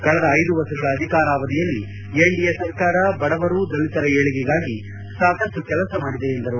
ಕಳೆದ ಐದು ವರ್ಷಗಳ ಅಧಿಕಾರ ಅವಧಿಯಲ್ಲಿ ಎನ್ಡಿಎ ಸರ್ಕಾರ ಬಡವರು ದಲಿತರ ಏಳಿಗೆಗಾಗಿ ಸಾಕಷ್ಟು ಕೆಲಸ ಮಾಡಿದೆ ಎಂದರು